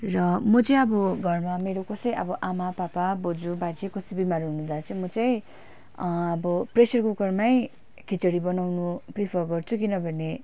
र म चाहिँ अब घरमा मेरो कसै अब आमा पापा बोजू बाजे कसै बिमार हुनुहुँदा चाहिँ म चाहिँ अब प्रेसर कुकरमै खिचडी बनाउनु प्रिफर गर्छु किनभने